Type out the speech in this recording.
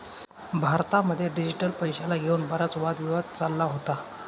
भारतामध्ये डिजिटल पैशाला घेऊन बराच वादी वाद चालला होता